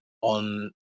on